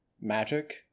magic